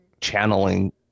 channeling